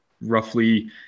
roughly